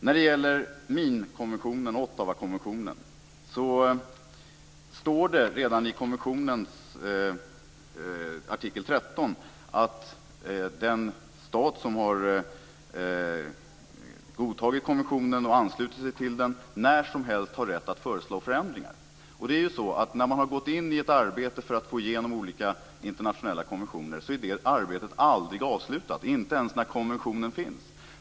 När det gäller minkonventionen, dvs. Ottawakonventionen, står det redan i konventionens artikel 13 att den stat som har godtagit och anslutit sig till konventionen när som helst har rätt att föreslå förändringar. Och det är ju så: När man har gått in i ett arbete för att få igenom olika internationella konventioner är det arbetet aldrig avslutat, inte ens när konventionen finns.